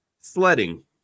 Sledding